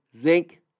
zinc